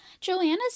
Joanna's